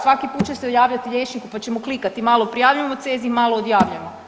Svaki put će se javljati liječniku pa ćemo klikati malo prijavljujemo u CEZIH, malo odjavljujemo.